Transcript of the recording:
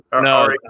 No